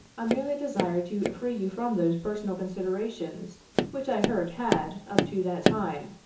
i merely desired to free you from those personal considerations which i heard had, up to that time,